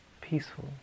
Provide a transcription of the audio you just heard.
peaceful